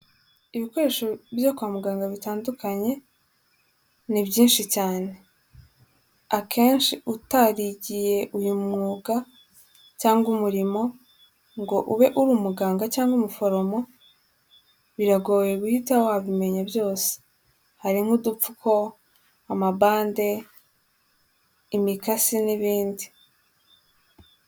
Ibikoresho byo kwa muganga bitandukanye ni byinshi cyane, akenshi utarigiye uyu mwuga cyangwa umurimo ngo ube uri umuganga cyangwa umuforomo biragoye guhita wabimenya byose, hari nk'dupfuko, amabande imikasi n'ibindi.